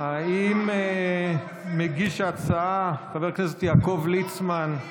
האם מגיש ההצעה, חבר הכנסת יעקב ליצמן,